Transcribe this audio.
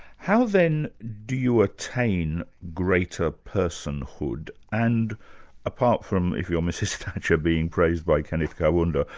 how then do you attain greater personhood, and apart from, if you're mrs thatcher being praised by kenneth kaunda,